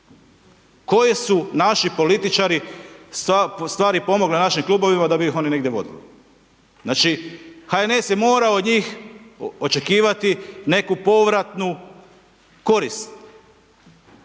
Koji su naši političari, ustvari pomogli našim klubovima, da bi ih oni negdje vodili. Znači, HNS je morao od njih, očekivati neku povratnu korist.